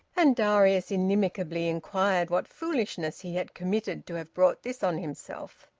and darius inimically inquired what foolishness he had committed to have brought this on himself.